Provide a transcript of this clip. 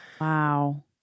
Wow